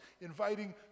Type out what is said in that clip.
inviting